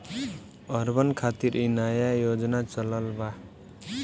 urban खातिर इ नया योजना चलल बा